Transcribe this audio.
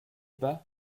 pas